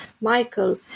michael